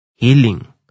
healing